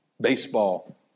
baseball